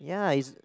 ya is